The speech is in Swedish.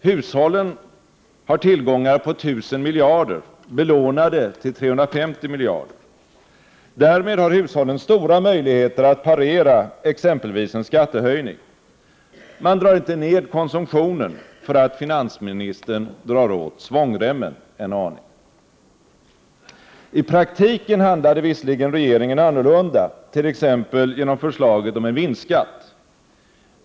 Hushållen har tillgångar på tusen miljarder — belånade till 350 miljarder. Därmed har hushållen stora möjligheter att parera exempelvis en skattehöjning. Man drar inte ned konsumtionen för att finansministern drar åt svångremmen en aning.” I praktiken handlade visserligen regeringen annorlunda, t.ex. genom förslaget om en vinstskatt.